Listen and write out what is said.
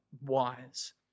wise